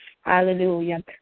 Hallelujah